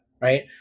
right